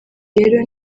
rero